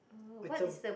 it's a